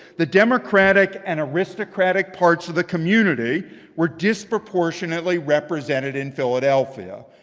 the democratic and aristocratic parts of the community were disproportionately represented in philadelphia.